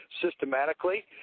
systematically